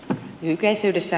hän nykäisi yhdessä